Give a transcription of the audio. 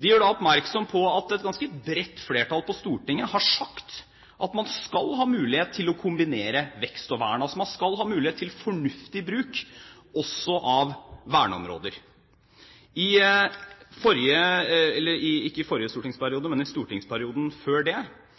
De gjør oppmerksom på at et ganske bredt flertall på Stortinget har sagt at man skal ha mulighet til å kombinere vekst og vern. Altså: Man skal ha mulighet til fornuftig bruk også av verneområder. Stortingsflertallet sa bl.a. gjennom den såkalte fjellteksten – ikke i forrige stortingsperiode, men i perioden før det